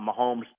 Mahomes